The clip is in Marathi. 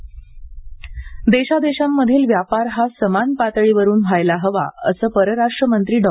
जयशंकर देशादेशांमधील व्यापार हा समान पातळीवरून व्हायला हवा असं परराष्ट्रमंत्री डॉ